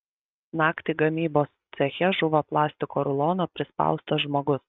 naktį gamybos ceche žuvo plastiko rulono prispaustas žmogus